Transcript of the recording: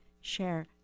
share